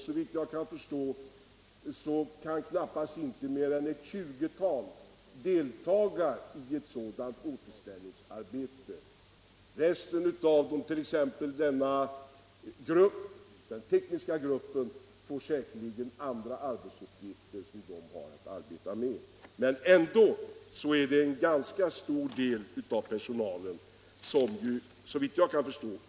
Såvitt jag kan förstå kan knappast mer än ett tjugotal delta i ett sådant återställningsarbete. Betydande problem skulle alltså återstå att lösa i samband med Ranstadsprojektet.